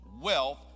wealth